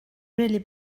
really